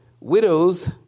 Widows